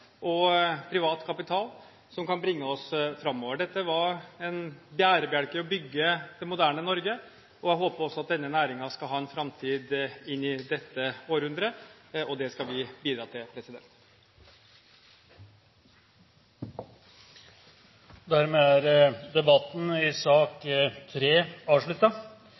og privat kapital, som kan bringe oss framover. Dette var en bærebjelke for å bygge det moderne Norge, og jeg håper også at denne næringen skal ha en framtid inn i dette århundret. Det skal vi bidra til. Dermed er